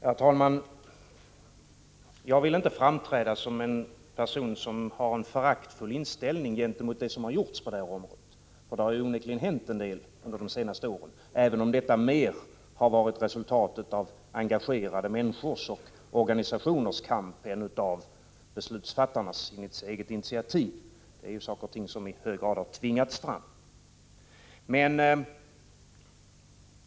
Herr talman! Jag vill inte framträda som en person som har en föraktfull inställning gentemot det som har gjorts på detta område. Det har onekligen hänt en del under de senaste åren, även om detta mer är ett resultat av engagerade människors och organisationers kamp än av beslutsfattarnas egna initiativ. Detta är saker och ting som i hög grad har tvingats fram.